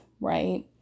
right